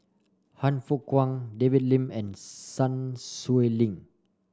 Han Fook Kwang David Lim and Sun Xueling